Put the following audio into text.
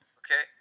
okay